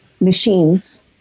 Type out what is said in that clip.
machines